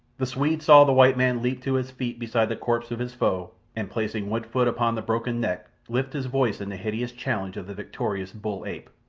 the swede saw the white man leap to his feet beside the corpse of his foe, and placing one foot upon the broken neck lift his voice in the hideous challenge of the victorious bull-ape.